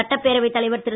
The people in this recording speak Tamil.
சட்டப்பேரவைத் தலைவர் திரு